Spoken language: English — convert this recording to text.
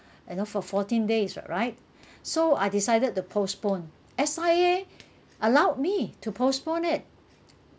you know for fourteen days ri~ right so I decided to postpone S_I_A allowed me to postpone it